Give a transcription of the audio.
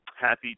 happy